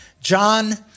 John